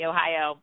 Ohio